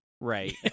Right